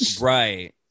Right